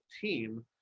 team